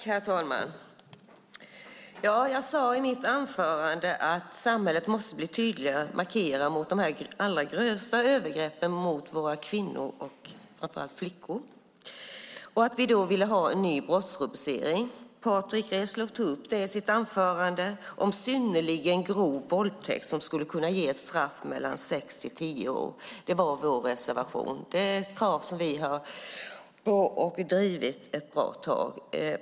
Herr talman! Jag sade i mitt anförande att samhället måste markera tydligare mot de allra grövsta övergreppen mot våra kvinnor och framför allt flickor och att vi vill ha en ny brottsrubricering. Patrick Reslow tog upp detta i sitt anförande och talade om synnerligen grov våldtäkt som skulle kunna ge ett straff på mellan sex och tio år. Detta finns i vår reservation, och det är ett krav som vi har drivit ett bra tag.